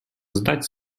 zdać